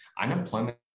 unemployment